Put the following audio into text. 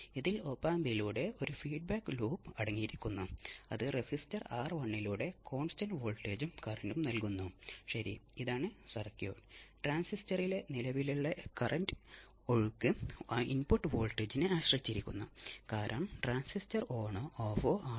ഇപ്പോൾ V zero തുല്യമായത് I R കൊണ്ട് ഗുണിച്ചതിനു ആണ് ഔട്ട്പുട്ട് വോൾട്ടേജ് Vo റെസിസ്റ്റൻസിൽ ഉള്ള ഡ്രോപ്പ് ആണ്